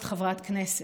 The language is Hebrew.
להיות חברת כנסת,